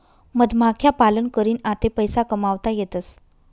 मधमाख्या पालन करीन आते पैसा कमावता येतसं